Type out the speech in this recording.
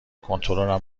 کنترلم